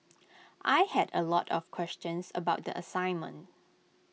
I had A lot of questions about the assignment